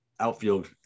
outfield